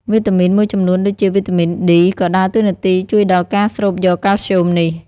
វីតាមីនមួយចំនួនដូចជា វីតាមីន D ក៏ដើរតួនាទីជួយដល់ការស្រូបយកកាល់ស្យូមនេះ។